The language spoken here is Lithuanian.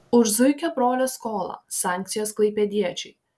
už zuikio brolio skolą sankcijos klaipėdiečiui